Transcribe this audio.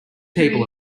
people